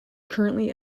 currently